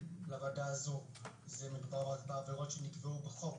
לוועדה הזו, מדובר רק בעבירות שנקבעו בחוק